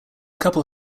couple